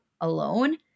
alone